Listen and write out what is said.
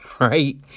right